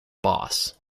boss